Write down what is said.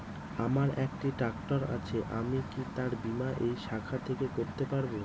আমার একটি ট্র্যাক্টর আছে আমি কি তার বীমা এই শাখা থেকে করতে পারব?